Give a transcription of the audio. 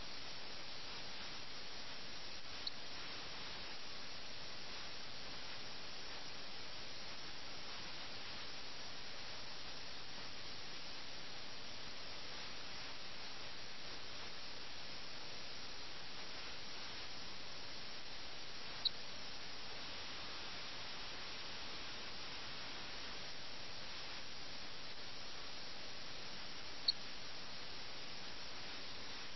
അതിനാൽ അഹങ്കാരം ആ പ്രത്യേക കാര്യം നിങ്ങൾ ഓർക്കുകയാണെങ്കിൽ അത് ദൂതന്റെ ദാസന്റെ വാക്കുകളിൽ വ്യക്തമാണ് അതിന്റെ ഉറവിടം എന്ന് പറയുന്നത് ഇവിടെയുള്ള പ്രഭു ഒരു വിഡ്ഢിയാണെന്ന് ദൂതനോ കാമുകനോ അറിയുന്നു എന്ന വസ്തുതയാണ്